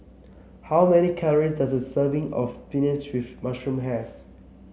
how many calories does a serving of spinach with mushroom have